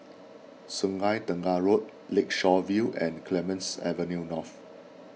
Sungei Tengah Road Lakeshore View and Clemenceau Avenue North